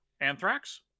Anthrax